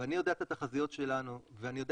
אבל אני יודע את התחזיות שלנו ואני יודע